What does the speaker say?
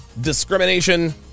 discrimination